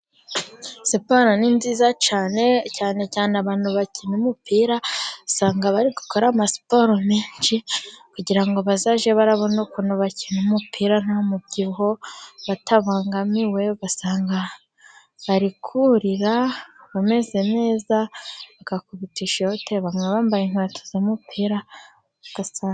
Siporo ni nziza cyane, cyane cyane abantu bakina umupira usanga bari gukorama siporo, menshi kugirango bazajye barabona ukuntu bakina umupira nta mubyibuho batabangamiwe, ugabasanga barikurira abameze neza, bagakubita ishote, bamwe bambaye inkweto z'umupirau gasanga.